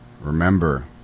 Remember